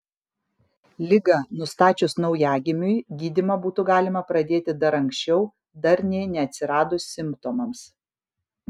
ligą nustačius naujagimiui gydymą būtų galima pradėti dar anksčiau dar nė neatsiradus simptomams